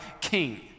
king